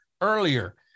earlier